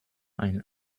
ein